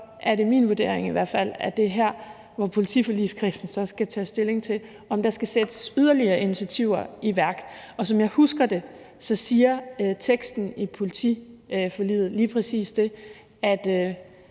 i hvert fald min vurdering, at det er her, hvor politiforligskredsen så skal tage stilling til, om der skal sættes yderligere initiativer i værk, og som jeg husker det, siger teksten i politiforliget lige præcis det, at